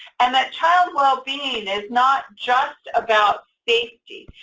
and that child well-being is not just about safety.